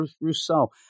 Rousseau